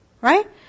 Right